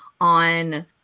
on